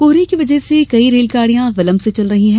कोहरे की वजह से कई रेलगाड़ियां विलंब से चल रही है